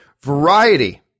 Variety